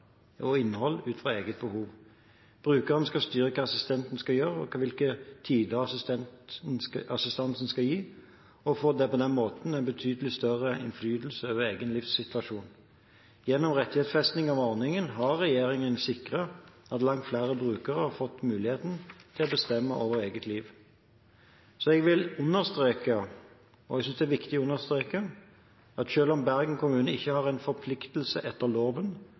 og innhold ut fra eget behov. Brukeren kan styre hva assistenten skal gjøre, og til hvilke tider assistansen skal gis, og får på denne måten betydelig større innflytelse over egen livssituasjon. Gjennom rettighetsfesting av ordningen har regjeringen sikret at langt flere brukere har fått muligheten til å bestemme over eget liv. Så jeg vil understreke – og jeg synes det er viktig å understreke det – at selv om Bergen kommune ikke har en forpliktelse etter loven